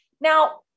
Now